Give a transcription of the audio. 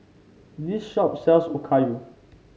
this shop sells Okayu